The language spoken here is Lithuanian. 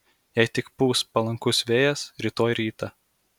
jei tik pūs palankus vėjas rytoj rytą